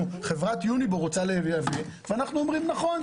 שחברת יוניבו רוצה לייבא ואנחנו אומרים נכון,